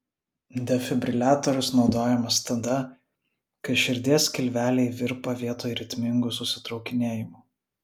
defibriliatorius naudojamas tada kai širdies skilveliai virpa vietoj ritmingų susitraukinėjimų